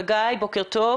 חגי, בוקר טוב.